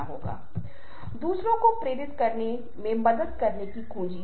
आल correct old Kinderhook यह इसशब्द का पुराना अर्थ है